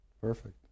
Perfect